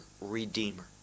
redeemer